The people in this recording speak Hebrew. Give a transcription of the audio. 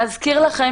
גם המשפחות שלנו,